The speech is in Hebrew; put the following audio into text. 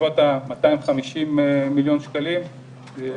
בסביבות מאתיים וחמישים מיליון שקלים.